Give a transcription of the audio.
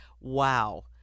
Wow